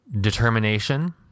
Determination